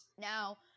Now